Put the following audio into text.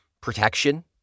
protection